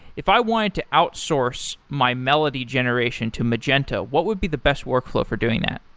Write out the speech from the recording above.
if i wanted to outsource my melody generation to magenta, what would be the best workflow for doing that?